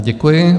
Děkuji.